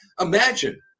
Imagine